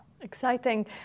exciting